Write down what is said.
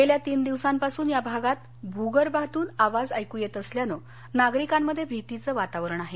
गेल्या तीन दिवसांपासून या भागात भूगर्भातून आवाज ऐकू येत असल्यानं नागरिकांमध्ये भीतीचं वातावरण आहे